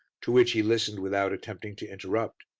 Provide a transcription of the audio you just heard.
to which he listened without attempting to interrupt.